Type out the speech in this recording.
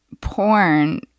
Porn